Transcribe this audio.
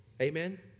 Amen